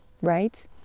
right